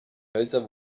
hölzer